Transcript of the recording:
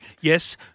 yes